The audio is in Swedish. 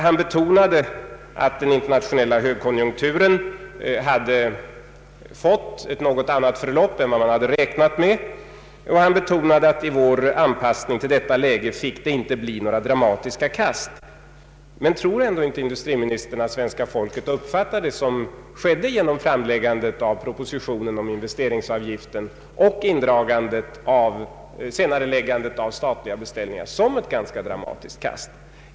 Han betonade att den internationella högkonjunkturen hade fått ett något annat förlopp än vad man hade räknat med, och han underströk att det i vår anpassning till detta läge inte fick bli några dramatiska kast. Men tror ändå inte industriministern att svenska folket uppfattar det som skedde genom framläggandet av propositionen om investeringsavgiften och senareläggandet av statliga beställningar som ett ganska dramatiskt kast?